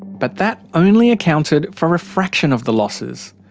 but that only accounted for a fraction of the losses.